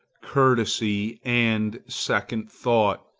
courtesy, and second thought,